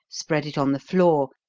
spread it on the floor,